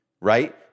right